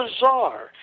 bizarre